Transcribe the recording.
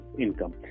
income